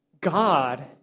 God